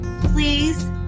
please